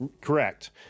Correct